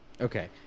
okay